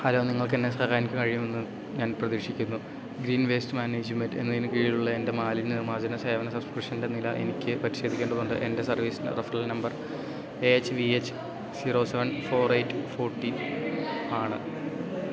hello നിങ്ങൾക്ക് എന്നെ സഹായിക്കാൻ കഴിയുമെന്ന് ഞാൻ പ്രതീക്ഷിക്കുന്നു ഗ്രീൻ വേസ്റ്റ് മാനേജ്മെൻറ്റ് എന്നതിന് കീഴിലുള്ള എൻ്റെ മാലിന്യ നിർമാർജന സേവന സബ്സ്ക്രിപ്ഷൻ്റെ നില എനിക്ക് പരിശോധിക്കേണ്ടതുണ്ട് എൻ്റെ service referral number A H V H zero seven four eight forty ആണ്